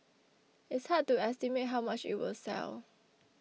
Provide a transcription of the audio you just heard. it's hard to estimate how much it will sell